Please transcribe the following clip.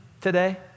today